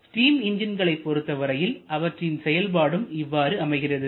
steam என்ஜின்களைப் பொறுத்தவரையில் அவற்றின் செயல்பாடும் இவ்வாறு அமைகிறது